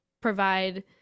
provide